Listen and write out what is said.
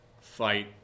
fight